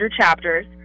chapters